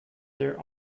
their